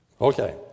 Okay